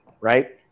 Right